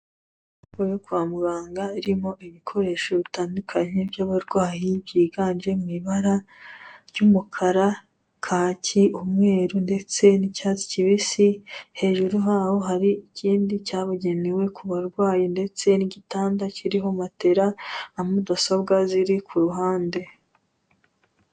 Inzu yo kwa muganga ririmo ibikoresho bitandukanye by'abarwayi byiganje mu ibara ry'umukara kaki, umweru, ndetse n'icyatsi kibisi, hejuru haho hari ikindi cyabugenewe ku barwayi ndetse n'igitanda kiriho matera na mudasobwa ziri ku ruhande.